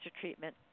treatment